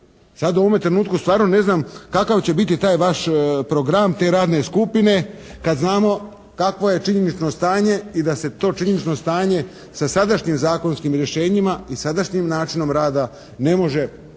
Sada u ovome trenutku stvarno ne znam kakav će biti taj vaš program te radne skupine kada znamo kakvo je činjenično stanje i da se to činjenično stanje sa sadašnjim zakonskim rješenjima i sadašnjim načinom rada ne može ništa